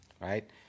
right